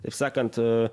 taip sakant